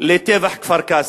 לטבח כפר-קאסם.